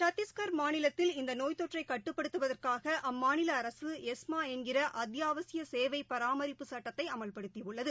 சத்திஷ்கர் மாநிலத்தில் இந்தநோய் தொற்றைகட்டுப்படுத்துதற்காகஅம்மாநிலஅரசு எஸ்மாஎன்கிறஅத்தியாசியசேவைபராமரிப்பு சுட்டத்தைஅமல்படுத்தியுள்ளது